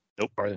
Nope